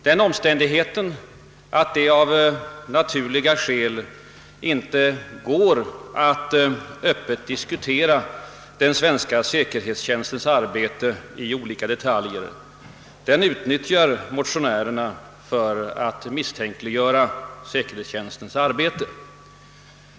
Den omständigheten att det av naturliga skäl inte går att öppet diskutera den svenska säkerhetstjänstens arbete i olika detal jer utnyttjar motionärerna för att misstänkliggöra detta arbete.